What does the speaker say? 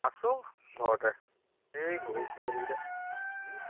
আছোঁ ঘৰতে এই গৰু ছাগলীকেইটা